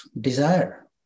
desire